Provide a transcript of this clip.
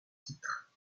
titre